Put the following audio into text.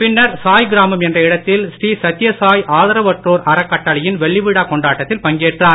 பின்னர் சாய் கிராமம் என்ற இடத்தில் ஸ்ரீசத்யசாய் ஆதரவற்றோர் அறக்கட்டளையின் வெள்ளிவிழா கொண்டாட்டத்தில் பங்கேற்றார்